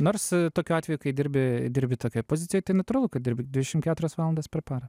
nors tokiu atveju kai dirbi dirbi tokioj pozicijoj tai natūralu kad dirbi dvidešim keturias valandas per parą